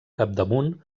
capdamunt